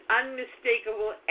unmistakable